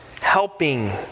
helping